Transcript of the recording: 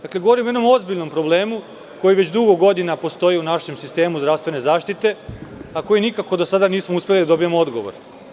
Dakle, govorim o jednom ozbiljnom problemu koji već dugo godina postoji u našem sistemu zdravstvene zaštite, a na koji nikako do sada nismo uspeli da dobijemo odgovor.